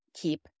keep